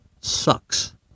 sucks